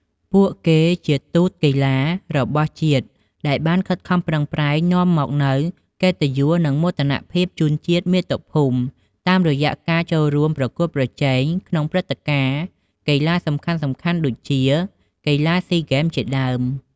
ពួកគេជាទូតកីឡារបស់ជាតិដែលបានខិតខំប្រឹងប្រែងនាំមកនូវកិត្តិយស និងមោទនភាពជូនជាតិមាតុភូមិ តាមរយៈការចូលរួមប្រកួតប្រជែងក្នុងព្រឹត្តិការណ៍កីឡាសំខាន់ៗដូចជា កីឡាស៊ីហ្គេម ជាដើម។